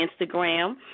Instagram